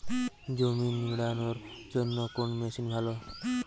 জমি নিড়ানোর জন্য কোন মেশিন ভালো?